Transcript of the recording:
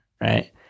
right